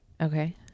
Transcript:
Okay